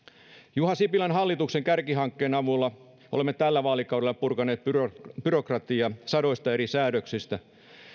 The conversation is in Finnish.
juha sipilän hallituksen kärkihankkeen avulla olemme tällä vaalikaudella purkaneet byrokratiaa byrokratiaa sadoista eri säädöksistä